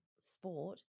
sport